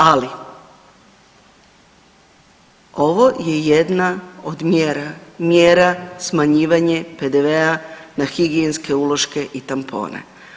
Ali, ovo je jedna od mjera, mjera, smanjivanje PDV-a na higijenske uloške i tampone.